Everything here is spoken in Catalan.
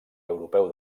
europeu